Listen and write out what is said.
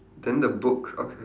then the book okay